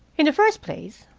in the first place,